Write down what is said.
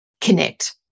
connect